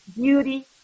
beauty